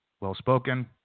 well-spoken